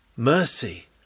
mercy